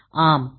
மாணவர் 0